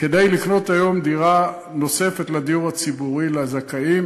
כדי לקנות היום דירה נוספת לדיור הציבורי לזכאים